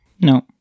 No